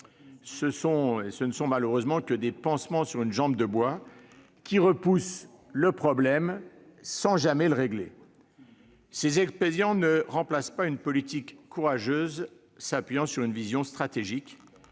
Ce ne sont malheureusement que des pansements sur une jambe de bois qui repoussent le problème sans jamais le régler. Ces expédients ne remplacent pas une politique courageuse s'appuyant sur une vision stratégique.